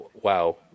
wow